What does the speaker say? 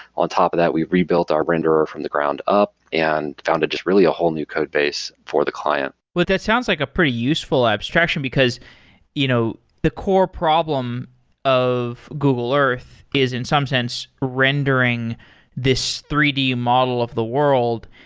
on top of that, we've rebuilt our renderer from the ground up and founded just really a whole new code base for the client well, but that sounds like a pretty useful abstraction, because you know the core problem of google earth is in some sense rendering this three d model of the world.